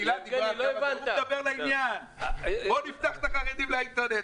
תהלה דיברה --- הוא מדבר לעניין: בואו נפתח את החרדים לאינטרנט,